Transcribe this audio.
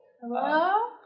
Hello